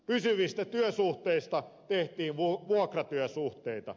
pysyvistä työsuhteista tehtiin vuokratyösuhteita